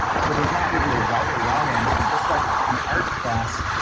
so there's not really a right or wrong answer, just like an art class.